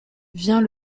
vient